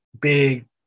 big –